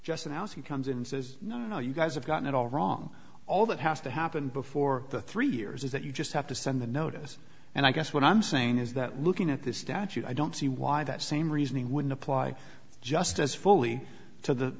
he comes in and says no no you guys have gotten it all wrong all that has to happen before the three years is that you just have to send the notice and i guess what i'm saying is that looking at this statute i don't see why that same reasoning would apply just as fully to the